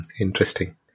Interesting